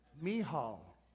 Mihal